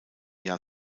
jahr